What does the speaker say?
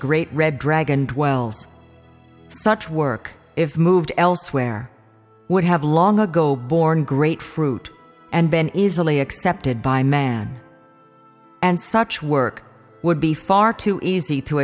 great red dragon dwells such work if moved elsewhere would have long ago borne great fruit and been easily accepted by man and such work would be far too easy to